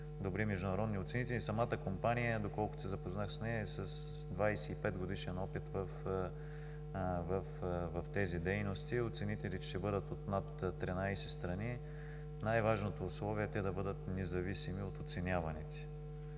добри международни оценители. Самата компания, доколкото се запознах с нея, е с 25-годишен опит в тези дейности. Оценителите ще бъдат от над 13 страни. Най-важното условие е те да бъдат независими от оценяваните.